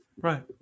Right